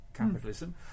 Capitalism